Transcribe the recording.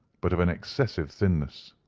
but of an excessive thinness.